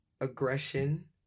aggression